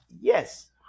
Yes